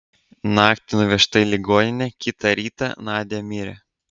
naktį nuvežta į ligoninę kitą rytą nadia mirė